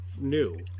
new